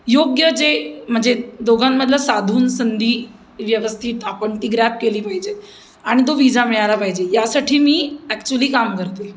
योग्य जे म्हणजे दोघांमधलं साधून संधी व्यवस्थित आपण ती ग्रॅब केली पाहिजे आणि तो विजा मिळाला पाहिजे यासाठी मी ॲक्च्युली काम करते